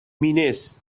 minutes